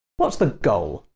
what's the goal?